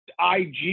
IG